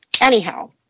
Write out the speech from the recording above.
Anyhow